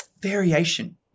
variation